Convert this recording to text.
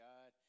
God